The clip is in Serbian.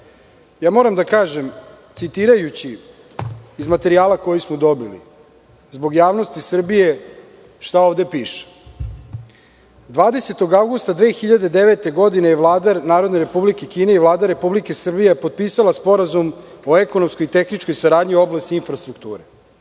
Moram da kažem, citirajući iz materijala koji smo dobili, zbog javnosti Srbije šta ovde piše - 20. avgusta 2009. godine je Vlada Narodne Republike Kine i Vlada Republike Srbije potpisala Sporazum o ekonomskoj i tehničkoj saradnji u oblasti infrastrukture.